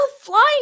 flying